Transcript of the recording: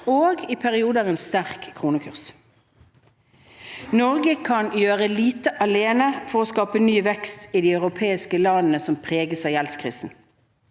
og i perioder med sterk kronekurs. Norge kan gjøre lite alene for å skape ny vekst i de europeiske landene som preges av gjeldskrisen,